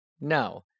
No